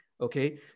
Okay